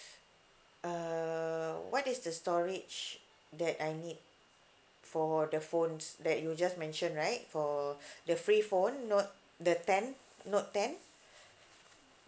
err what is the storage that I need for the phones that you just mentioned right for the free phone note the ten note ten